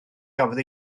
gafodd